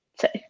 say